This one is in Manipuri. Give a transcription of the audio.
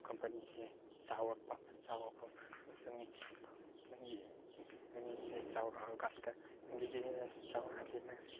ꯀꯝꯄꯅꯤꯁꯦ ꯆꯥꯎꯔꯛꯄ ꯆꯥꯎꯔꯛꯄ ꯈꯛꯇꯅꯤ ꯅꯪꯒꯤ ꯕꯤꯖꯤꯅꯦꯁꯁꯦ ꯆꯥꯎꯔꯛꯑꯀꯥꯟꯗ ꯅꯪꯒꯤ ꯕꯤꯖꯤꯅꯦꯁ ꯆꯥꯎꯔꯛꯑꯗꯤ ꯅꯪꯁꯦ